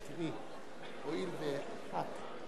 ובכן,